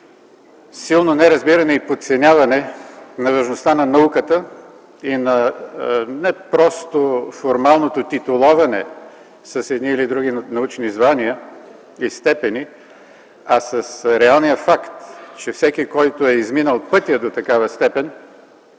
силно неразбиране и подценяване на важността на науката и на не просто формалното титулуване с едни или други научни звания и степени. Реалният факт е, че всеки, който е изминал пътя до такава степен,